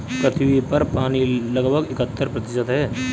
पृथ्वी पर पानी लगभग इकहत्तर प्रतिशत है